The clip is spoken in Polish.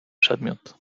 przedmiot